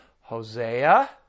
Hosea